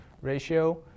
ratio